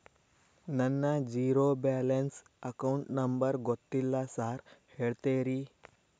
ನನ್ನ zero balance account number ಗೊತ್ತಿಲ್ಲ sir ಹೇಳ್ತೇರಿ?